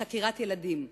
לחקירת ילדים,